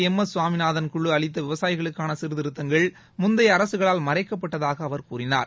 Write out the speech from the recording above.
M S Swaminathan குழு அளித்த் விவசாயிகளுக்கான சீர்திருத்தங்கள் முந்தைய அரசுகளால் மறைக்கப்பட்டதாக அவர் கூறினார்